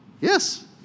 Yes